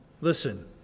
Listen